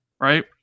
right